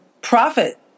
profit